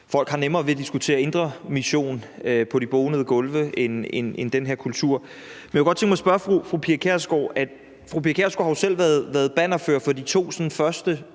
folk har nemmere ved at diskutere indre mission end den her kultur på de bonede gulve. Men jeg kunne godt tænke mig at spørge fru Pia Kjærsgaard om noget, for fru Pia Kjærsgaard har jo selv været bannerfører for de to første